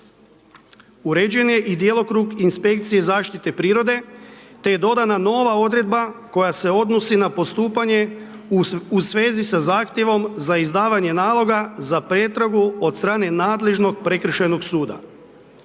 Uređen je i djelokrug inspekcije zaštite prirode te je dodana nova odredba koja se odnosi na postupanje u svezi sa zahtjevom za izdavanje naloga za pretragu od strane nadležnog prekršajnog suda.